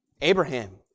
Abraham